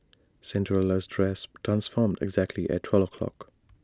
Cinderella's dress transformed exactly at twelve o'clock